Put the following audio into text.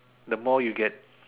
the more you get